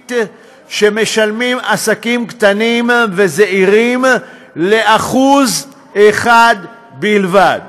הבסיסית שמשלמים עסקים קטנים וזעירים ל-1% בלבד.